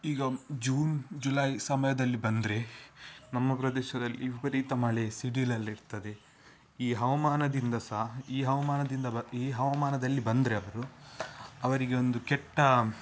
ಈಗ June July ಸಮಯದಲ್ಲಿ ಬಂದರೆ ನಮ್ಮ ಪ್ರದೇಶದಲ್ಲಿ ವಿಪರೀತ ಮಳೆ ಸಿಡಿಲೆಲ್ಲ ಇರ್ತದೆ ಈ ಹವಮಾನದಿಂದ ಸಹ ಈ ಹವಮಾನದಿಂದ ಬ ಈ ಹವಮಾನದಲ್ಲಿ ಬಂದರೆ ಅವರು ಅವರಿಗೆ ಒಂದು ಕೆಟ್ಟ